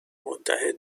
متحد